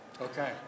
Okay